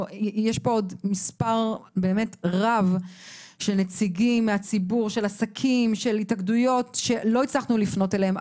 עוד מספר רב של נציגים מהציבור ומהעסקים שלא הצלחנו לפנות אליהם,